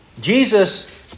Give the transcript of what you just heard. Jesus